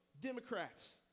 Democrats